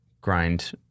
grind